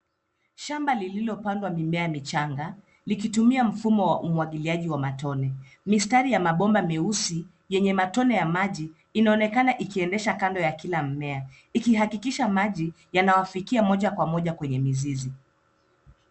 Shamba lililopandwa mimea michanga likitumia mfumo wa umwagiliaji wa matone. Mistari ya mabomba meusi, yenye matone ya maji, inaonekana ikiendesha kando ya kila mmea, ikihakikisha maji yanawafikia moja kwa moja kwenye mizizi.